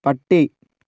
പട്ടി